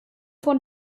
von